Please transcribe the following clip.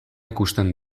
ikusten